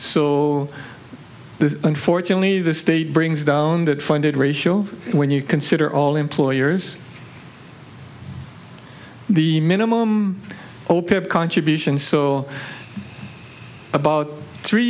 this unfortunately the state brings down that funded ratio when you consider all employers the minimum contributions saw about three